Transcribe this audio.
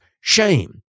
shame